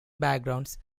backgrounds